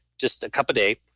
just a cup a day,